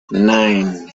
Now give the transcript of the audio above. nine